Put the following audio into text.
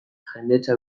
jendetza